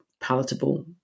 palatable